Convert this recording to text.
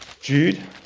Jude